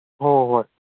ꯍꯣꯏ ꯍꯣꯏ ꯍꯣꯏ